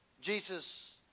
Jesus